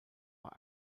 bei